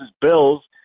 bills